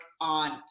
on